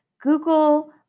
Google